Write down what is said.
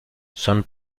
son